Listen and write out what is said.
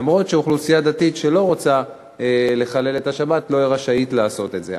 למרות שאוכלוסייה דתית שלא רוצה לחלל את השבת לא רשאית לעשות את זה.